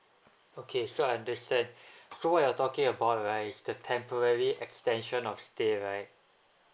okay so I understand so what we are talking about right is the temporary extension of stay right